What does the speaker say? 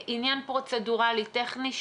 עניין פרוצדורלי טכני,